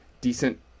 decent